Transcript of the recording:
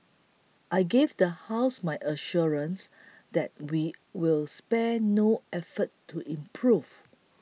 I give the House my assurance that we will spare no effort to improve